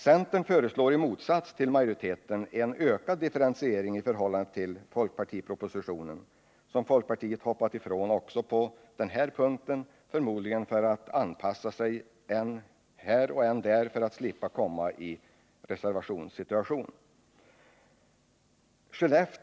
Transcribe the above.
Centern föreslår i motsats till majoriteten en ökad differentiering i förhållande till folkpartipropositionen, som folkpartiet hoppat ifrån också på denna punkt, förmodligen för att anpassa sig än här och än där för att slippa komma i reservationssituation.